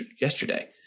yesterday